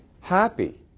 happy